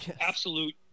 absolute